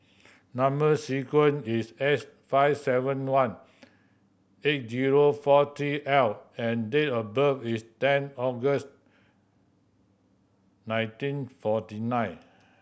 number sequence is S five seven one eight zero four three L and date of birth is ten August nineteen forty nine